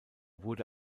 wurde